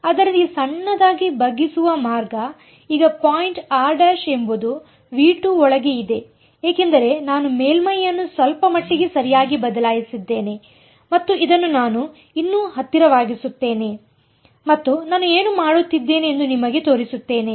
ಆದ್ದರಿಂದ ಈ ಸಣ್ಣದಾಗಿ ಬಗ್ಗಿಸುವ ಮಾರ್ಗ ಈಗ ಪಾಯಿಂಟ್ ಎಂಬುದು ಒಳಗೆ ಇದೆ ಏಕೆಂದರೆ ನಾನು ಮೇಲ್ಮೈಯನ್ನು ಸ್ವಲ್ಪಮಟ್ಟಿಗೆ ಸರಿಯಾಗಿ ಬದಲಾಯಿಸಿದ್ದೇನೆ ಮತ್ತು ಇದನ್ನು ನಾನು ಇನ್ನು ಹತ್ತಿರವಾಗಿಸುತ್ತೇನೆ ಮತ್ತು ನಾನು ಏನು ಮಾಡುತ್ತಿದ್ದೇನೆ ಎಂದು ನಿಮಗೆ ತೋರಿಸುತ್ತೇನೆ